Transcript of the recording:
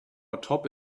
atop